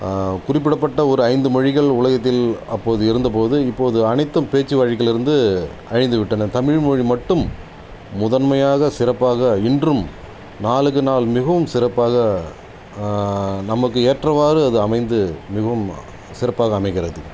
குறிப்பிடப்பட்ட ஒரு ஐந்து மொழிகள் உலகத்தில் அப்போது இருந்த போது இப்போது அனைத்தும் பேச்சு வழக்கிலிருந்து அழிந்து விட்டன தமிழ் மொழி மட்டும் முதன்மையாக சிறப்பாக இன்றும் நாளுக்கு நாள் மிகவும் சிறப்பாக நமக்கு ஏற்றவாறு அது அமைந்து மிகவும் சிறப்பாக அமைகிறது